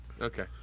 Okay